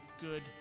good